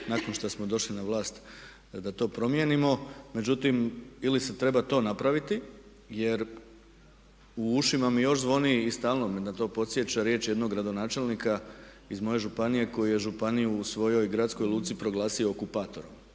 nakon što smo došli na vlast da to promijenimo. Međutim ili se treba to napraviti, jer u ušima mi još zvoni i stalno me na to podsjeća riječ jednog gradonačelnika iz moje županije koji je županiju u svojoj gradskoj luci proglasio okupatorom.